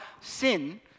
sin